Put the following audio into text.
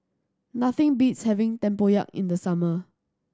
nothing beats having tempoyak in the summer